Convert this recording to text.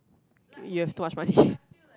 you have too much money